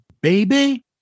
Baby